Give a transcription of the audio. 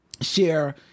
share